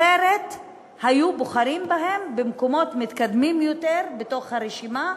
אחרת היו בוחרים בהם למקומות מתקדמים יותר ברשימה,